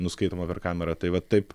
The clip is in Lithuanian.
nuskaitoma per kamerą tai va taip